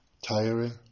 tiring